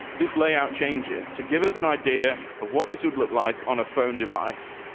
this layout changes to give us an idea of what this would look like on a phone device,